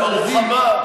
ברוך הבא.